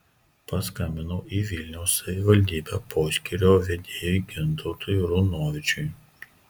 paskambinau į vilniaus savivaldybę poskyrio vedėjui gintautui runovičiui